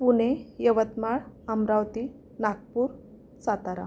Pune Yavatmal Amravati Nagpur Satara